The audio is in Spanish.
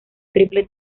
triple